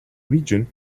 region